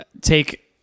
take